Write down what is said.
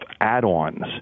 add-ons